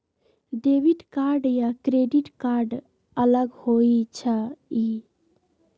Debit card या credit card अलग होईछ ई?